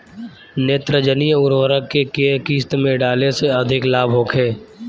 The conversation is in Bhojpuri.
नेत्रजनीय उर्वरक के केय किस्त में डाले से अधिक लाभ होखे?